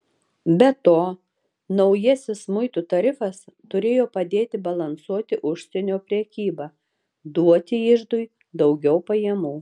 be to naujasis muitų tarifas turėjo padėti balansuoti užsienio prekybą duoti iždui daugiau pajamų